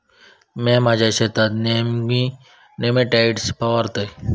म्या माझ्या शेतात नेयमी नेमॅटिकाइड फवारतय